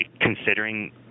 considering